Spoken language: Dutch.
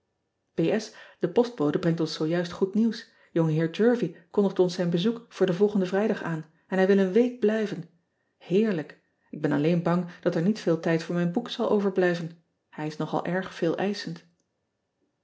e postbode brengt ons zoo juist goed nieuws ongeheer ervie kondigt ons zijn bezoek voor den volgenden rijdag aan en hij wil een week blijven eerlijk ik ben alleen bang dat er niet veel tijd voor mijn boek zal overblijven ij is nog al erg